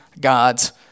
God's